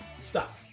stop